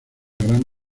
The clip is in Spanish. gran